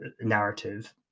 narrative